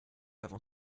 avant